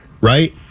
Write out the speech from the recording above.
right